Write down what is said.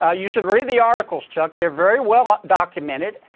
ah you should read the article. chuck, they're very well documented.